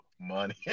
Money